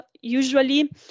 usually